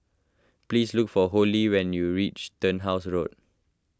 please look for Holly when you reach Turnhouse Road